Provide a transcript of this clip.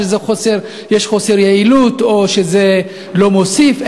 שיש חוסר יעילות או שזה לא מוסיף.